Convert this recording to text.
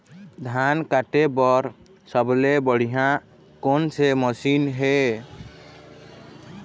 धान काटे बर सबले बढ़िया कोन से मशीन हे?